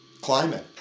climate